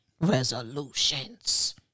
Resolutions